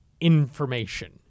information